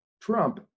Trump